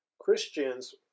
Christians